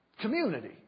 Community